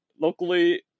locally